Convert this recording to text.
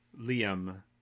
Liam